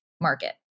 market